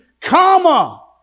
comma